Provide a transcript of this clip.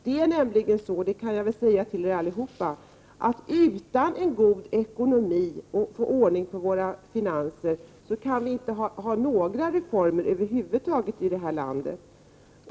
Det är nämligen så — det kan jag väl säga till er allihop — att om vi inte har en god ekonomi och får ordning på våra finanser, kan vi inte genomföra några reformer över huvud taget i detta land.